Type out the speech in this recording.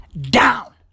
down